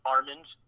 Armand